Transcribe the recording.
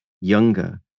younger